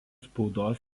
spaudos